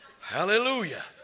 Hallelujah